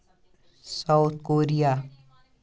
South Korea